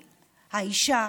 האישה: